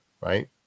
right